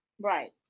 Right